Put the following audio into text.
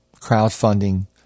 crowdfunding